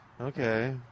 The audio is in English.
Okay